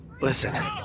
Listen